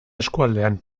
eskualdean